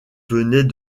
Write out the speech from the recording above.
venait